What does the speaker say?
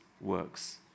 works